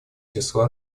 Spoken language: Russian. числа